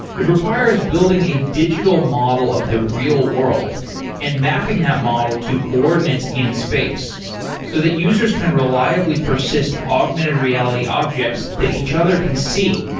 it requires building a digital model of the real world and mapping that model to coordinates in space so that users can reliably persist augmented reality objects that each other can see.